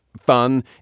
fun